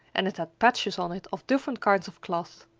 and it had patches on it of different kinds of cloth.